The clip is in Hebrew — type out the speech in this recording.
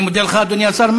אני מודה לך, אדוני השר.